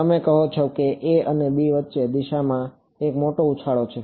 તમે કહો છો કે a અને b ની વચ્ચે દિશામાં એક મોટો ઉછાળો છે